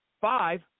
five